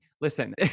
Listen